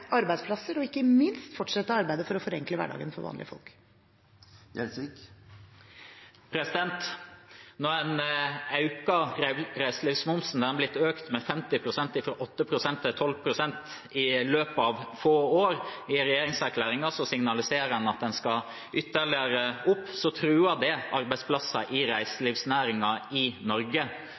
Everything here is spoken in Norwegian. arbeidsplasser og, ikke minst, fortsette arbeidet med å forenkle hverdagen for vanlige folk. Når en øker reiselivsmomsen – den har blitt økt med 50 pst., fra 8 pst. til 12 pst., i løpet av få år, og i regjeringserklæringen signaliserer en at den skal ytterligere opp – truer det arbeidsplasser i reiselivsnæringen i Norge.